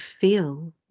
feel